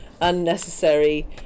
unnecessary